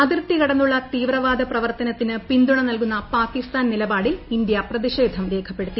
അതിർത്തി കടന്നുള്ള തീവ്രവ്യ്ദ് പ്രവർത്തനത്തിന് പിന്തുണ നൽകുന്ന പാകിസ്ഥാൻ ്നില്പാടിൽ ഇന്ത്യ പ്രതിഷേധം രേഖപ്പെടുത്തി